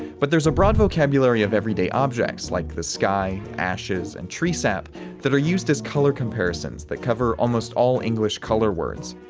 but there's a broad vocabulary of everyday objects like the sky, ashes, and tree sap that are used as color comparisons that cover almost all english color words.